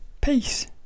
peace